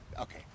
Okay